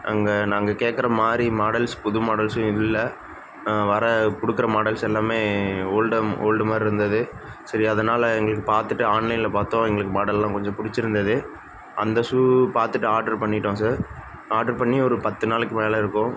அங்கே நாங்கள் கேட்குற மாதிரி மாடல்ஸ் புது மாடல்ஸும் இல்லை வர கொடுக்குற மாடல்ஸ் எல்லாமே ஓல்டம் ஓல்டு மாதிரிருந்தது சரி அதனால் எங்களுக்கு பார்த்துட்டு ஆன்லைனில் பார்த்தோம் எங்களுக்கு மாடலெல்லாம் கொஞ்சம் பிடிச்சிருந்தது அந்த ஷூ பார்த்துட்டு ஆட்ரு பண்ணிவிட்டோம் சார் ஆடர் பண்ணி ஒரு பத்து நாளைக்கு மேல் இருக்கும்